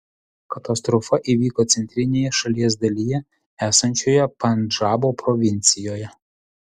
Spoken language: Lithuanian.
katastrofa įvyko centrinėje šalies dalyje esančioje pandžabo provincijoje